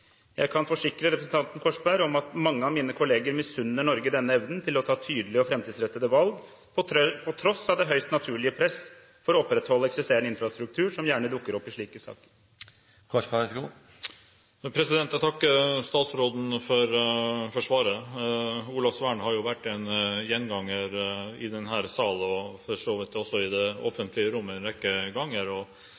Jeg kan forsikre representanten Korsberg om at mange av mine kolleger misunner Norge denne evnen til å ta tydelige og framtidsrettede valg, på tross av det høyst naturlige presset for å opprettholde eksisterende infrastruktur, som gjerne dukker opp i slike saker. Jeg takker statsråden for svaret. Olavsvern har vært en gjenganger i denne salen og for så vidt også i det